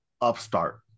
upstart